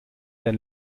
dein